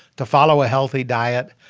to follow a healthy diet,